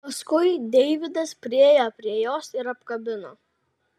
paskui deividas priėjo prie jos ir apkabino